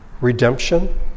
redemption